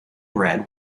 red